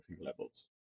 levels